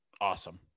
awesome